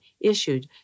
issued